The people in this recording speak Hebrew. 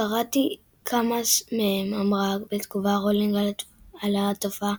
"קראתי כמה מהם", אמרה בתגובה רולינג על התופעה,